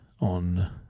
on